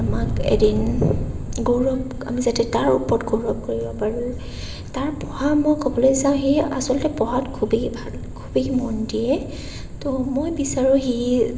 আমাক এদিন গৌৰৱ আমি যাতে তাৰ ওপৰত গৌৰৱ কৰিব পাৰোঁ তাৰ পঢ়া মই ক'বলৈ যাওঁ সি আচলতে পঢ়াত খুবেই ভাল খুবেই মন দিয়ে তো মই বিচাৰোঁ সি